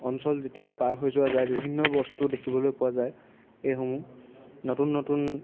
অঞ্চল যেতিয়া পাৰ হৈ যোৱা যায় বিভিন্ন বস্তু দেখিবলৈ পোৱা যায় এইসমূহ নতুন নতুন